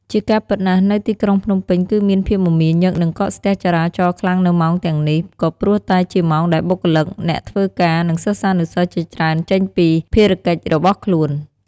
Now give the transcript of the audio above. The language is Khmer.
ជាការពិតណាស់ នៅទីក្រុងភ្នំពេញគឺមានភាពមមាញឹកនិងកកស្ទះចរាចរណ៍ខ្លាំងនៅម៉ោងទាំងនេះ ក៏ព្រោះតែជាម៉ោងដែលបុគ្កលិក អ្នកធ្វើការនិងសិស្សានុសិស្សជាច្រើនចេញពីភារកិច្ចរបស់ខ្លួន។